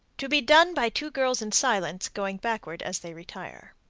to be done by two girls in silence, going backward as they retire.